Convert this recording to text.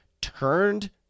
turned